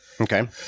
Okay